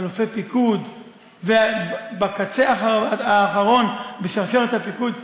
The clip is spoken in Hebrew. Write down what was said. אלופי פיקוד ובקצה האחרון בשרשרת הפיקוד,